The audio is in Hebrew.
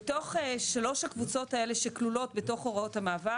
בתוך שלוש הקבוצות האלה שכלולות בתוך הוראות המעבר